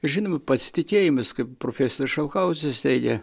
žinoma pasitikėjimas kaip profesorius šalkauskis teigė